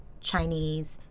Chinese